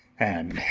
and